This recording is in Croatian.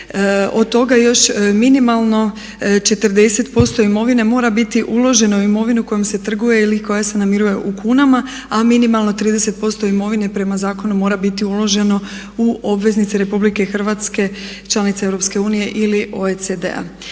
Od toga još minimalno 40% imovine mora biti uloženo u imovinu kojom se trguje ili koja se namiruje u kunama a minimalno 30% imovine prema zakonu mora biti uloženo u obveznice Republike Hrvatske, članice Europske